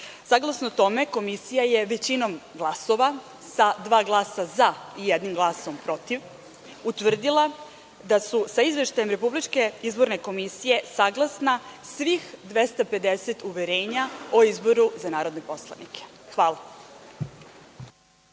tome, Komisija je većinom glasova, sa dva glasa za i jednim glasom protiv, utvrdila da su sa Izveštajem Republičke izborne komisije saglasna svih 250 uverenja o izboru za narodne poslanike. Hvala.